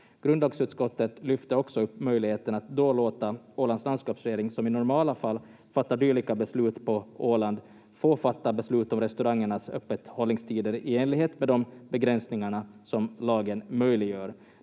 Grundlagsutskottet lyfte också upp möjligheten att då låta Ålands landskapsregering, som i normala fall fattar dylika beslut på Åland, få fatta beslut om restaurangernas öppethållningstider i enlighet med de begränsningar som lagen möjliggör.